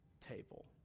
table